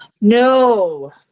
no